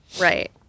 right